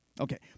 Okay